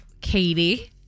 Katie